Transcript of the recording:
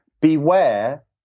beware